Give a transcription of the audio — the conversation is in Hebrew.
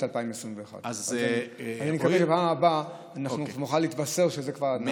2021. אני מקווה שבפעם הבאה נוכל להתבשר שזה כבר נעשה.